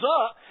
up